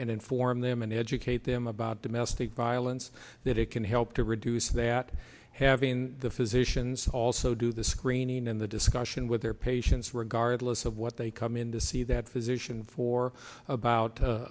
and inform them and educate them about domestic violence that it can help to reduce that having the physicians also do the screening in the discussion with their patients were guarded less of what they come in to see that physician for about